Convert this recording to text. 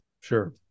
Sure